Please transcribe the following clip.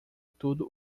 tudo